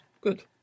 Good